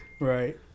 Right